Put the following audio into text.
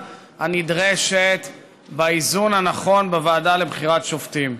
הנדרשת באיזון הנכון בוועדה לבחירת שופטים.